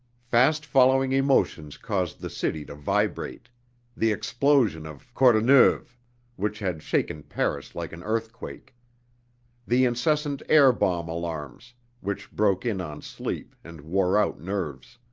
fast following emotions caused the city to vibrate the explosion of courneuve which had shaken paris like an earthquake the incessant air-bomb alarms which broke in on sleep and wore out nerves.